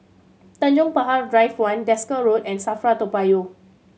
Tanjong Pagar Drive One Desker Road and SAFRA Toa Payoh